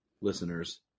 listeners